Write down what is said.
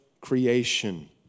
creation